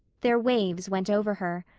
their waves went over her.